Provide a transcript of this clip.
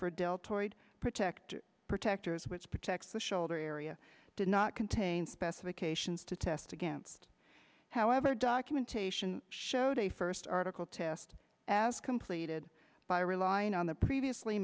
a deltoid protective protectors which protects the shoulder area did not contain specifications to test against however documentation showed a first article test as completed by relying on the previously